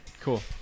Cool